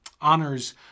honors